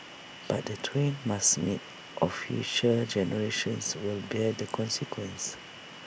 but the twain must meet or future generations will bear the consequences